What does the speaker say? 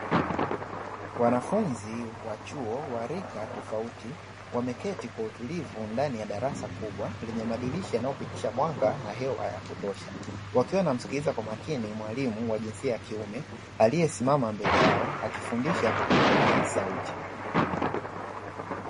Wanafunzi wa chuo wa rika tofauti wameketi kwa utulivu ndani ya darasa kubwa lenye madirisha yanayopitisha mwanga na hewa ya kutosha, wakiwa wanamsikiliza kwa makini mwalimu wa jinsia ya kiume aliyesimama mbele yao akifundisha kwa kutumia sauti.